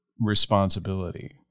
responsibility